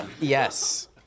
Yes